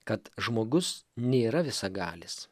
kad žmogus nėra visagalis